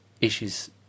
issues